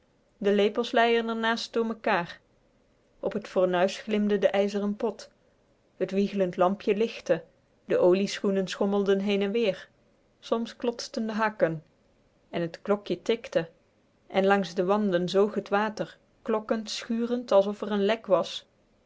de lepels leien r naast door mekaar op t fornuis glimde de ijzeren pot t wieglend lampje lichtte de olie schommelden heen-en-weer soms klotsten de hakken en t schoen klokje tikte en langs de wanden zoog t water klokkend schurend alsof r n lek was